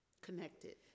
connected